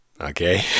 Okay